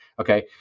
okay